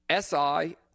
SI